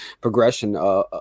progression